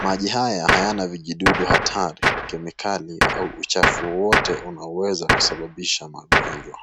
Maji haya hayana vijidudu hatari, kemikali au uchafu wowote unaoweza kusababisha magonjwa.